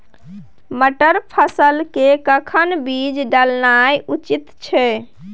मटर फसल के कखन बीज डालनाय उचित छै?